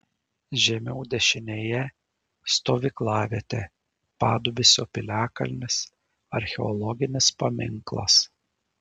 žemiau dešinėje stovyklavietė padubysio piliakalnis archeologinis paminklas